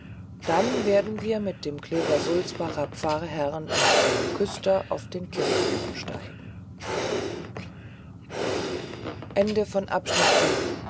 dann werden wir mit dem kleversulzbacher pfarrherrn und seinem küster auf den kirchturm steigen